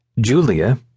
Julia